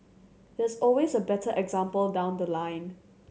there's always a better example down the line